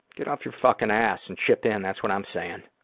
get off your fucking ass and chip in, that's what i'm saying.